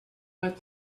but